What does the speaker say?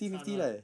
掺 [one]